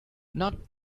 not